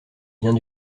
biens